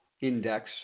index